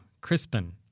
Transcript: Crispin